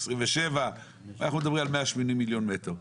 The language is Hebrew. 27 ואנחנו מדברים 180 מיליון מטר.